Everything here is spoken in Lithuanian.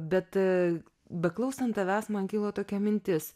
bet beklausant tavęs man kilo tokia mintis